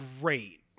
great